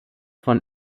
von